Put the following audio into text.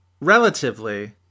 relatively